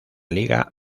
liga